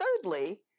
thirdly